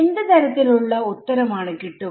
എന്ത് തരത്തിൽ ഉള്ള ഉത്തരം ആണ് കിട്ടുക